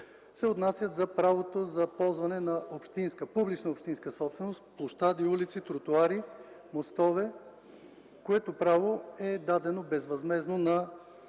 се отнася за правото за ползване на публична общинска собственост – площади, улици, тротоари, мостове, което право е дадено безвъзмездно на